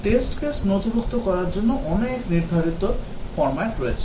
Test case নথিভুক্ত করার জন্য অনেক নির্ধারিত ফর্ম্যাট রয়েছে